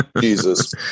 Jesus